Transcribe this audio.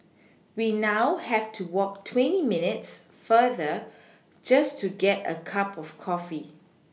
we now have to walk twenty minutes farther just to get a cup of coffee